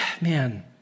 man